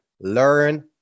learn